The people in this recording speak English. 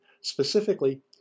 Specifically